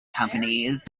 companies